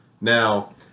Now